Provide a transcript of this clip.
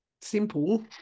simple